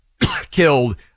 killed